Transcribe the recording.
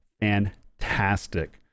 fantastic